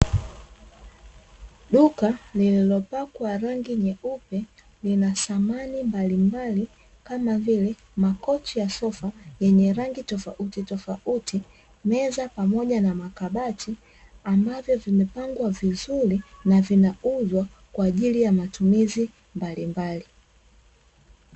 Duka lililopakwa rangi nyeupe lina samani mbalimbali kama vile makochi ya sofa yenye rangi tofautitofauti, meza pamoja na makabati ambavyo vimepangwa vizuri na vinauzwa kwa ajili ya matumizi mbalimbali.